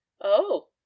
Oh